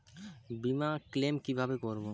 বিমা ক্লেম কিভাবে করব?